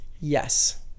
Yes